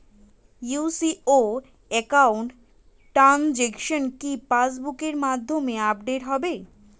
UCO account transaction কি pass বুকের মধ্যে আপডেট হবে?